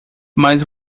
mas